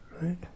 Right